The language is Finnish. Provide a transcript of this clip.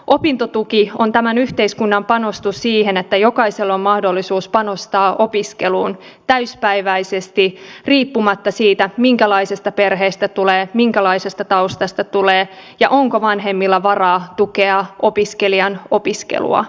opintotuki on tämän yhteiskunnan panostus siihen että jokaisella on mahdollisuus panostaa opiskeluun täyspäiväisesti riippumatta siitä minkälaisesta perheestä tulee minkälaisesta taustasta tulee ja onko vanhemmilla varaa tukea opiskelijan opiskelua